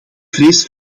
vrees